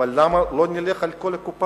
אבל למה לא נלך על הקופה?